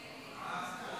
לסעיף